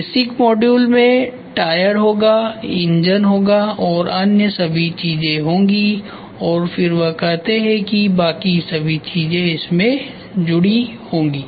basic मॉड्यूलमें tyre होगा engine और अन्य सभी चीजें होंगी और फिर वह कहते है कि बाकी सभी चीजें वह इसमें जुडी होंगी